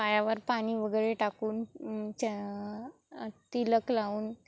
पायावर पाणी वगैरे टाकून च तिलक लावून